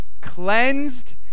Cleansed